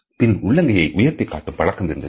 பின் உள்ளங்கையை உயர்த்திக் காட்டும் பழக்கம் இருந்தது